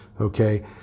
Okay